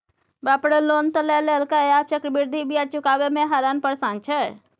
बाप रे लोन त लए लेलकै आब चक्रवृद्धि ब्याज चुकाबय मे हरान परेशान छै